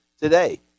today